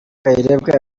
kayirebwa